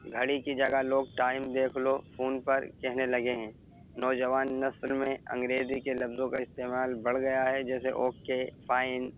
گھڑی کی جگہ لوگ ٹائم دیکھ لو فون پر کہنے لگے ہیں نوجوان نسل میں انگریزی کے لفظوں کا استعمال بڑھ گیا ہے جیسے اوکے فائن